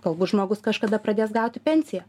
galbūt žmogus kažkada pradės gauti pensiją